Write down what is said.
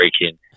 breaking